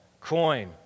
coin